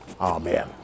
Amen